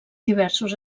diversos